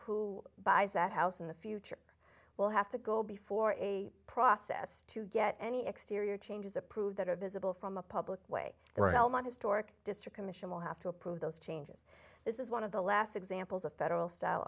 who buys that house in the future will have to go before a process to get any exterior changes approved that are visible from the public way their realm of historic district commission will have to approve those changes this is one of the last examples of federal style